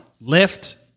Lift